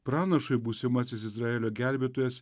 pranašui būsimasis izraelio gelbėtojas